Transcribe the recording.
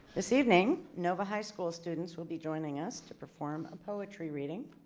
this evening nova high school students will be joining us to perform a poetry reading.